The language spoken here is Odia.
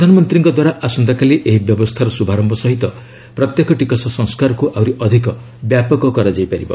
ପ୍ରଧାନମନ୍ତ୍ରୀଙ୍କ ଦ୍ୱାରା ଆସନ୍ତାକାଲି ଏହି ବ୍ୟବସ୍ଥାର ଶୁଭାରମ୍ଭ ସହ ପ୍ରତ୍ୟକ୍ଷ ଟିକସ ସଂସ୍କାରକୁ ଆହୁରି ଅଧିକ ବ୍ୟାପକ କରାଯାଇ ପାରିବ